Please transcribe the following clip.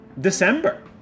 December